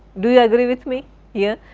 do you agree with me yeah